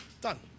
Done